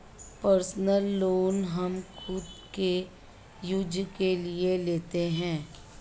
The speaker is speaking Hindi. पर्सनल लोन हम खुद के यूज के लिए लेते है